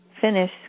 finish